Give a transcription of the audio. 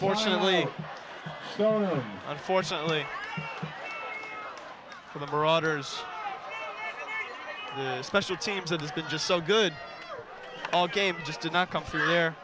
fortunately or unfortunately for the broader special teams that has been just so good all game just did not come